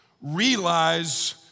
realize